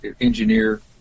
engineer